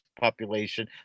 population